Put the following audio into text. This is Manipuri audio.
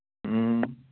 ꯎꯝ